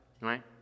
right